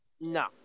No